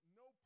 no